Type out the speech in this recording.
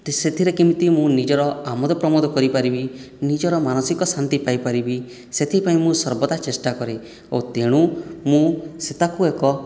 ସେଥିରେ କେମିତି ମୁଁ ନିଜର ଆମୋଦପ୍ରମୋଦ କରିପାରିବି ନିଜର ମାନସିକ ଶାନ୍ତି ପାଇପାରିବି ସେଥିପାଇଁ ମୁଁ ସର୍ବଦା ଚେଷ୍ଟା କରେ ଓ ତେଣୁ ମୁଁ ସେ ତାକୁ ଏକ